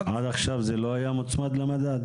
--- עד עכשיו זה לא היה מוצמד למדד?